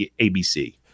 ABC